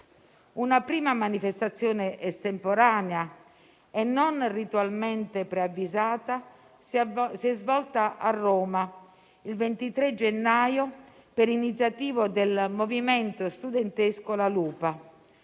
Una prima manifestazione estemporanea e non ritualmente preavvisata si è svolta a Roma il 23 gennaio per iniziativa del movimento studentesco La Lupa,